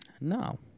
No